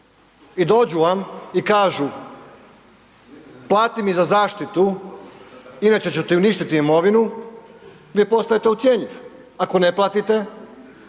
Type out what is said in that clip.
i dođu vam i kažu, plati mi za zaštitu, inače ću ti uništiti imovinu, vi postajete ucjenjiv. Ako ne platite,